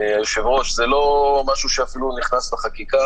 זה אפילו לא משהו שנכנס בחקיקה